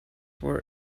were